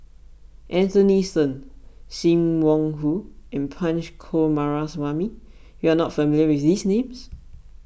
Anthony then Sim Wong Hoo and Punch Coomaraswamy you are not familiar with these names